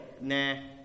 nah